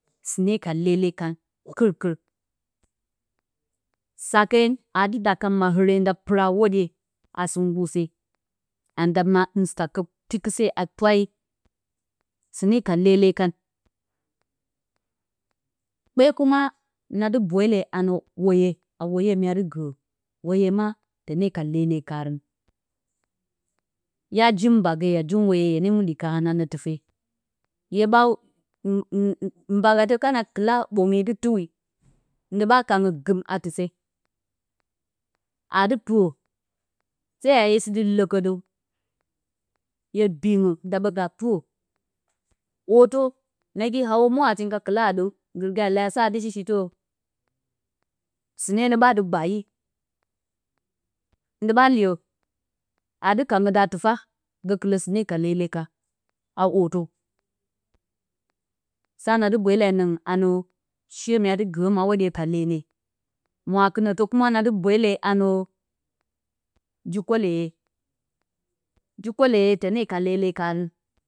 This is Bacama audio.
Sɨne ka lele kan kɨr-kɨr. Sake aa dɨ ɗaka mahɨre nda pɨra a hwoɗye a sɨ nggur se. Anda ma ɗɨm sakǝ tikɨse, a twaye sɨne ka lele kan. Kpe kuma na bweele a nǝ hooey, a hooye mya dɨ gɨrǝ. hooey ma tǝne ka lele karǝn. Hya jin mbage hye jin hooey a muɗǝ karǝn a nǝ tɨfe. Hye ɓa mbagatǝ kana kɨla ɓome dɨ tuwi, ndi ɓa kanǝ gɨm a aa dɨ pɨrɨ, se a sɨ lǝkǝdǝn. hye biingǝ nda ɓǝ ga pɨrǝ. Hootǝ, nagi hawǝ mwotati ngga kɨlarǝ ɗǝng, nggi leyo atɨ, sa dɨ shi shitɨrǝ, sɨne ɓa sɨ gbari. Ndi ɓa liyo, aa dɨ kanǝ daa-tɨfa. Gǝkɨlǝ sɨne ka lele kan a hootǝ. Sa nadi bweele a nǝngɨn, a nǝ she mya dɨ gɨrǝm a hwoɗye ka lele. Mwaakɨnǝtǝ kuma na dɨ bweele a nǝ ji koleye, ji koleye tǝne ka lele karǝn